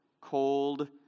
cold